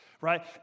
right